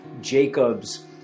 Jacob's